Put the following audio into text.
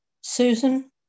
Susan